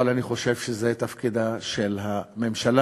אבל אני חושב שזה תפקידה של הממשלה.